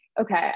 okay